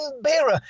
bearer